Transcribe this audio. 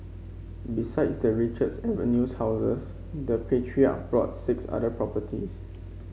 besides the Richards Avenue houses the patriarch bought six other properties